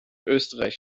österreich